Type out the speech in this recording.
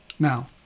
Now